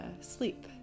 sleep